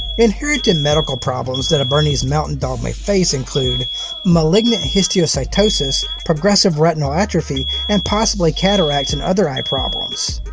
inherited medical problems that a bernese mountain dog may face include malignant histiocytosis, progressive retinal atrophy, and possibly cataracts and other eye problems.